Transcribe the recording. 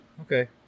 Okay